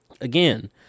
Again